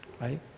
right